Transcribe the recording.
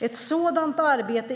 Ett sådant arbete